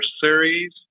Series